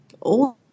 old